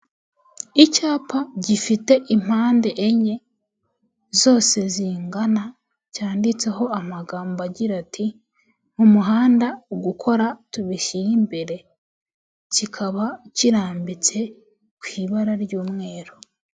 Icyapa gifite impande enye zose zingana cyanditseho amagambo agira ati;"mu muhanda ugukora tubishyire imbere". Kikaba kirambitse ku ibara ry'umweru.